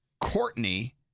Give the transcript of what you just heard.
Courtney